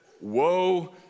Woe